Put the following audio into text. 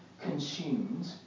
consumed